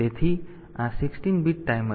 તેથી આ 16 bit timer છે